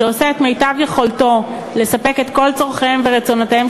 שבמיטב יכולתו מספק את כל צורכיהם ורצונותיהם